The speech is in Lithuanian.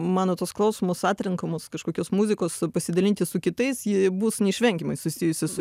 mano tos klausomos atrenkamos kažkokios muzikos pasidalinti su kitais ji bus neišvengiamai susijusi su